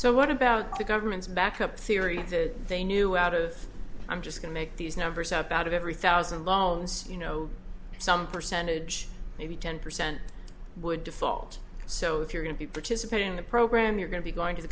so what about the government's backup theory that they knew out of i'm just going to make these numbers up out of every thousand loans you know some percentage maybe ten percent would default so if you're going to be participating in the program you're going to be going to the